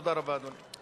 תודה רבה, אדוני.